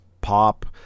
pop